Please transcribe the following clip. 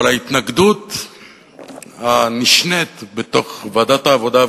אבל ההתנגדות הנשנית בתוך ועדת העבודה,